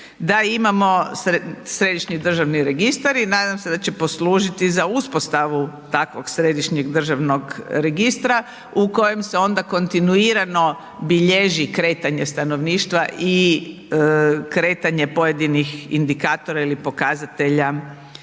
da imamo Središnji državni registar i nadam se da će poslužiti za uspostavu takvog Središnjeg državnog registra u kojem se onda kontinuirano bilježi kretanje stanovništva i kretanje pojedinih indikatora ili pokazatelja u stanovništvu.